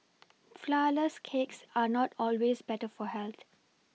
flourless cakes are not always better for health